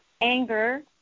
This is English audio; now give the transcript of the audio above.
anger